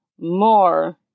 more